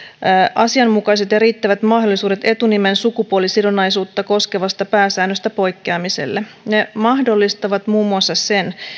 asianmukaiset ja riittävät mahdollisuudet etunimen sukupuolisidonnaisuutta koskevasta pääsäännöstä poikkeamiselle ne mahdollistavat muun muassa sen